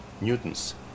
Newton's